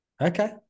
Okay